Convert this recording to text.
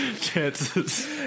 chances